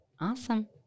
Awesome